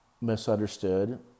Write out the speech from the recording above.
misunderstood